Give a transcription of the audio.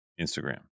Instagram